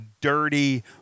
dirty